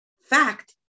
fact